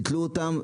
לכן ביטלו אותם,